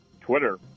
Twitter